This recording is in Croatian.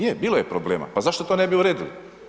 Je, bilo je problema, pa zašto to ne bi uredili?